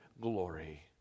glory